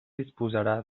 disposarà